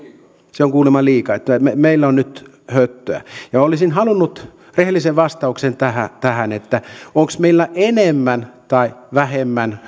se on kuulemma liikaa meillä on nyt höttöä ja olisin halunnut rehellisen vastauksen tähän tähän onko meillä enemmän vai vähemmän